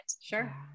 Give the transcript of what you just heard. sure